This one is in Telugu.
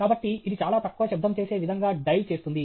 కాబట్టి ఇది చాలా తక్కువ శబ్దం చేసే విధంగా డైవ్ చేస్తుంది